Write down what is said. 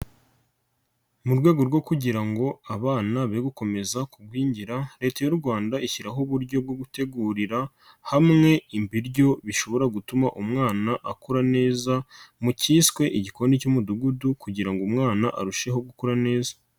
Mu rwego rwo kugira ngo abana be gukomeza kugwiningira Leta y'u Rwanda, ishyiraho uburyo bwo gutegurira hamwe ibiryo bishobora gutuma umwana akura neza, mu cyiswe igikoni cy'Umudugudu kugira ngo umwana arusheho gukura neza.